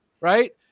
right